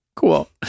Cool